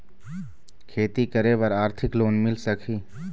खेती करे बर आरथिक लोन मिल सकही?